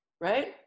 right